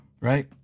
Right